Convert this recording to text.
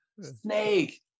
snake